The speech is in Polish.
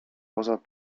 poza